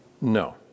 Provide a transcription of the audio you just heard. No